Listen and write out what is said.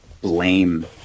blame